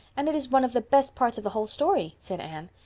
and it's one of the best parts of the whole story, said anne.